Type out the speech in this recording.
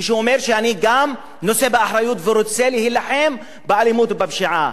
אומרים: אני גם נושא באחריות ורוצה להילחם באלימות ובפשיעה.